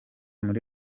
muri